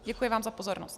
Děkuji vám za pozornost.